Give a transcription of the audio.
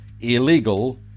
illegal